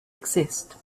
exist